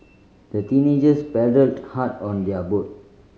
the teenagers paddled hard on their boat